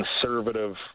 conservative